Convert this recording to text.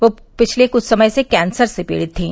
वे पिछले क्छ समय से कैंसर से पीड़ित थीं